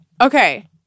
Okay